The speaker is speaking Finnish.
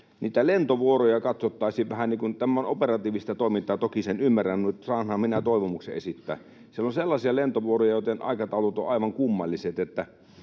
niitä lentovuoroja katsottaisiin vähän niin kuin... Tämä on operatiivista toimintaa, toki sen ymmärrän, mutta saanhan minä toivomuksen esittää. Siellä on sellaisia lentovuoroja, joitten aikataulut ovat aivan kummalliset.